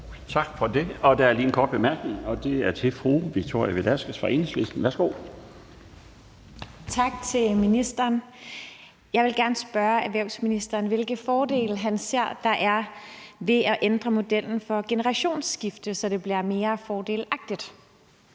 Tak for det. Der er lige en kort bemærkning, og det er til fru Victoria Velasquez fra Enhedslisten. Værsgo. Kl. 16:16 Victoria Velasquez (EL): Tak til ministeren. Jeg vil gerne spørge erhvervsministeren, hvilke fordele han ser der er ved at ændre modellen for generationsskifte, så det bliver mere fordelagtigt.